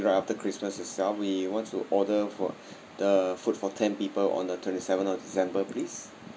right after christmas itself we want to order for the food for ten people on the twenty seventh of december please